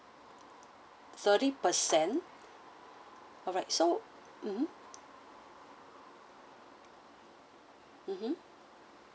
thirty percent alright so mmhmm mmhmm